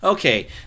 Okay